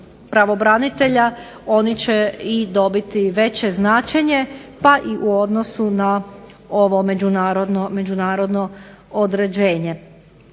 pravobranitelja oni će i dobiti veće značenje pa i u odnosu na ovo međunarodno određenje.